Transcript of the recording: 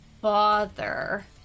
bother